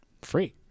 free